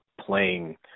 playing